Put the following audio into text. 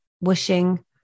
wishing